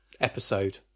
episode